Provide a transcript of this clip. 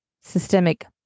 systemic